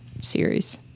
series